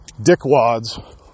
Dickwads